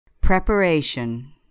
Preparation